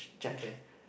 okay